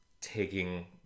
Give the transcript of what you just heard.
taking